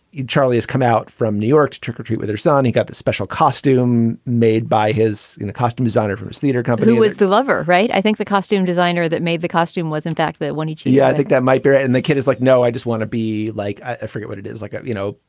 you charlie's come out from new york to trick or treat with her son. he got the special costume made by his costume designer for his theater company was the lover right. i think the costume designer that made the costume was, in fact, that when he she yeah i think that might be right and the kid is like, no, i just want to be like, forget what it is like. ah you know,